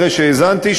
אחרי שהאזנתי,